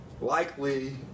likely